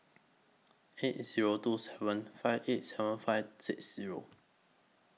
eight Zero two seven five eight seven five six Zero